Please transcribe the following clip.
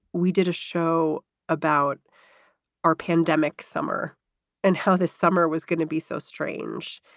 we did a show about our pandemic summer and how this summer was going to be so strange.